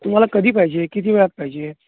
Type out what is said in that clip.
तुम्हाला कधी पाहिजे किती वेळात पाहिजे